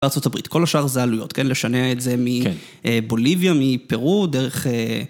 ארצות הברית, כל השאר זה עלויות, כן? לשנע את זה מבוליביה, מפרו, דרך